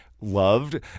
loved